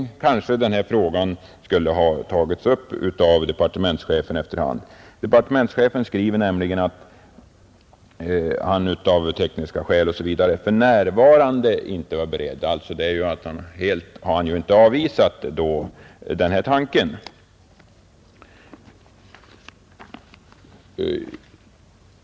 Då hade kanske den här frågan tagits upp av departementschefen efter hand. Departementschefen skriver nämligen att han av tekniska skäl osv. för närvarande inte är beredd att förorda någon avgiftsdifferentiering. Helt har han alltså inte avvisat denna tanke.